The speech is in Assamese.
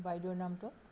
বাইদেউৰ নামটো